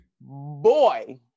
Boy